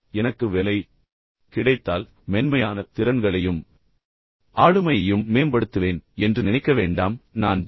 எனவே எனக்கு வேலை கிடைத்தால் அடுத்த வேலைக்கு முயற்சிக்கும்போது எனது மென்மையான திறன்களையும் ஆளுமையையும் மேம்படுத்துவேன் என்று நினைக்க வேண்டாம் நான் ஜி